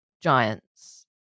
giants